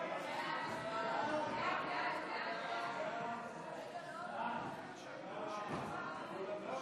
ההצעה להעביר את הצעת חוק המשטרה (תיקון,